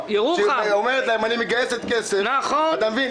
שאומרת להם "אני מגייסת כסף" אתה מבין,